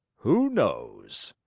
who knows?